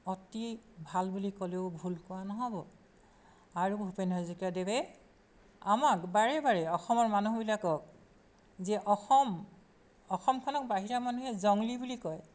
অতি ভাল বুলি ক'লেও ভুল কোৱা নহ'ব আৰু ভূপেন হাজৰিকাদেৱে আমাক বাৰে বাৰে অসমৰ মানুহবিলাকক যে অসম অসমখনক বাহিৰা মানুহে জংলী বুলি কয়